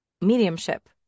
Mediumship